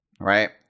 Right